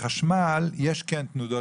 בחשמל יש כן תנודות.